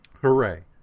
Hooray